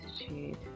Attitude